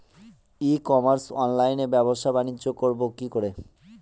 ই commerce অনলাইনে ব্যবসা বানিজ্য করব কি করে?